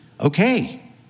Okay